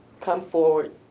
come forward.